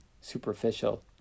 superficial